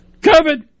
COVID